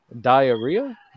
Diarrhea